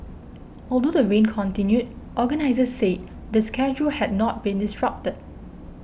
although the rain continued organisers said the schedule had not been disrupted